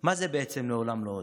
מה זה בעצם לעולם לא עוד?